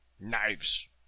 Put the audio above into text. Knives